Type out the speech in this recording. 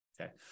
Okay